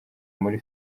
muri